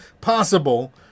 possible